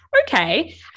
Okay